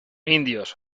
indios